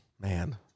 man